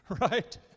Right